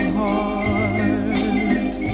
heart